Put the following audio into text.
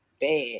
bad